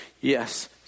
yes